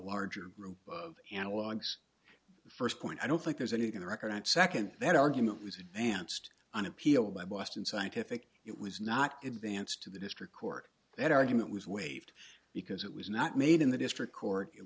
large of analogues first point i don't think there's anything in the record and second that argument was advanced on appeal by boston scientific it was not advanced to the district court that argument was waived because it was not made in the district court it